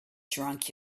drunk